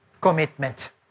commitment